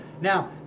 now